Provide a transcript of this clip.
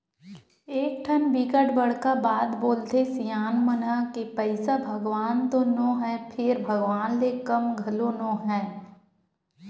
एकठन बिकट बड़का बात बोलथे सियान मन ह के पइसा भगवान तो नो हय फेर भगवान ले कम घलो नो हय